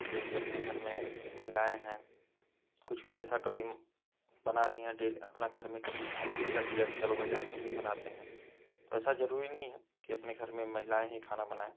जो कि अपने घर में महिलाएँ हैं कुछ भी ऐसा कभी बना रही हैं अपना घर में कभी मन ही कर दिया कि चलो भाई आज हम ही बनाते हैं तो ऐसा ज़रूरी नहीं है कि हम अपने घर में महिलाएँ ही खाना बनाएँ